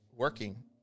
Working